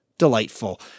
delightful